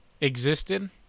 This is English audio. existed